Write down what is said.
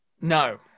No